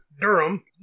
Durham